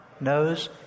knows